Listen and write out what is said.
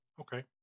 Okay